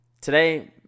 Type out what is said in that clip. Today